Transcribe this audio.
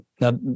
now